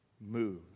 move